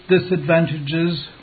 disadvantages